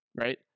Right